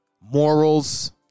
morals